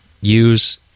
Use